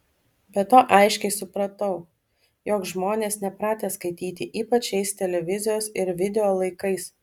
be to aiškiai supratau jog žmonės nepratę skaityti ypač šiais televizijos ir video laikais